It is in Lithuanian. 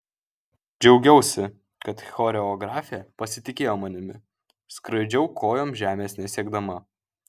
džiaugiausi kad choreografė pasitikėjo manimi skraidžiau kojom žemės nesiekdama